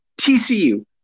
TCU